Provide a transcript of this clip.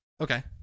Okay